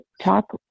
talk